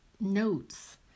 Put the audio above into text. notes